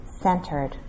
centered